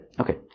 Okay